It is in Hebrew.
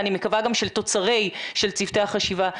ואני מקווה גם של תוצרי צוותי החשיבה.